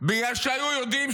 בגלל שהיו יודעים,